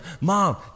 mom